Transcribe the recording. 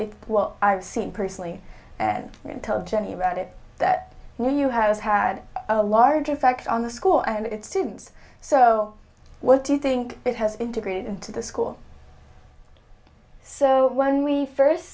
what i've seen personally and tell jenny about it that you have has had a large effect on the school and its students so what do you think it has integrated into the school so when we first